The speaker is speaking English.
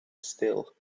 still